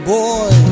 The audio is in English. boy